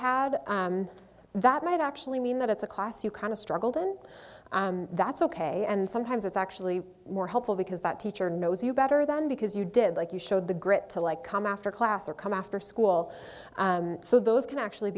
had that might actually mean that it's a class you kind of struggled and that's ok and sometimes it's actually more helpful because that teacher knows you better than because you did like you showed the grit to like come after class or come after school so those can actually